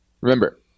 Remember